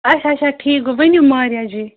اچھا اچھا ٹھیٖک گوٚو ؤنِو ماریا جی